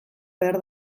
behar